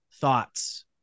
thoughts